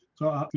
so ah